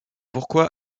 pourquoi